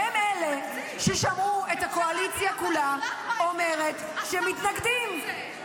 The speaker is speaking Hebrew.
והם אלה ששמעו את הקואליציה כולה אומרת שהם מתנגדים.